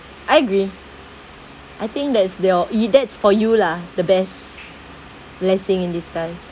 I agree I think that's they all !ee! that's for you lah the best blessing in disguise